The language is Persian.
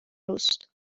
اوست